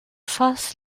faces